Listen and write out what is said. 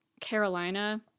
carolina